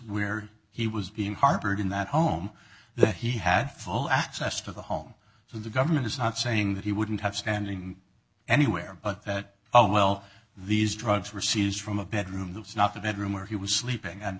where he was being harbored in that home that he had full access to the home so the government is not saying that he wouldn't have standing anywhere but that well these drugs were seized from a bedroom that was not the bedroom where he was sleeping and